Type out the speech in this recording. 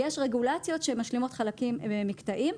יש רגולציות שמשלימות חלקים, מקטעים.